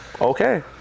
Okay